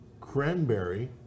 cranberry